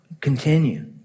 continue